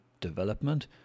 development